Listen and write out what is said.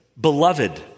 Beloved